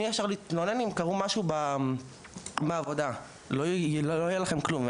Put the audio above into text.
אפשר להתלונן אם קרה לכם משהו בעבודה?״ לא תמצאו כלום.